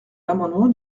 l’amendement